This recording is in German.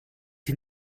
die